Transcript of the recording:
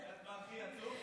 את יודעת מה הכי עצוב?